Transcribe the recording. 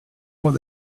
what